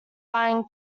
lying